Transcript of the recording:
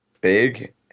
big